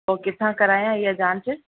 पोइ किथां करायां हीअ जांच